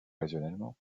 occasionnellement